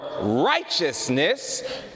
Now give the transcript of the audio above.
righteousness